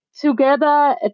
together